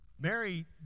Mary